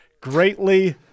greatly